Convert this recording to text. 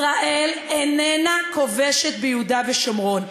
ישראל איננה כובשת ביהודה ושומרון.